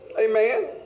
amen